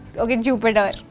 okay. jupiter.